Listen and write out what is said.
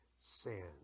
sin